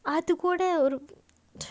I have to go there அதுகூடஒரு:adhukuda oru